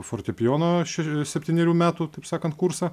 fortepijono še septynerių metų taip sakant kursą